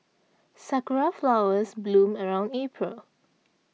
sakura flowers bloom around April